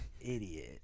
idiot